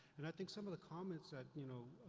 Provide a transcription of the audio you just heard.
and i think some of the comments that, you know,